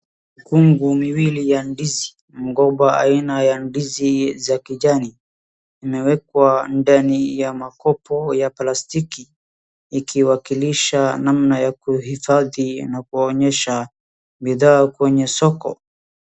Mikungu miwili ya ndizi. Mgomba aina ya ndizi za kijani. Imewekwa ndani ya makopo ya plastiki, ikiwakilisha namna ya kuhifadhi na kuwaonyesha bidhaa kwenye soko.